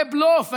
זה בלוף,